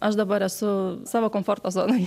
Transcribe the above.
aš dabar esu savo komforto zonoj